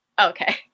Okay